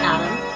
Adam